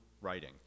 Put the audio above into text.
writing